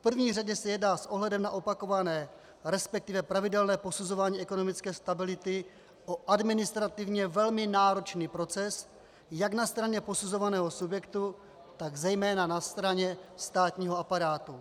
V první řadě se jedná s ohledem na opakované, resp. pravidelné posuzování ekonomické stability o administrativně velmi náročný proces jak na straně posuzovaného subjektu, tak zejména na straně státního aparátu.